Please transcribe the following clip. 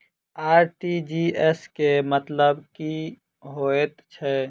RTGS केँ मतलब की हएत छै?